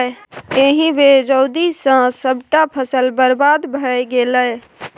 एहि बेर रौदी सँ सभटा फसल बरबाद भए गेलै